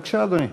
בבקשה, אדוני.